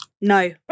No